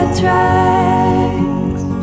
tracks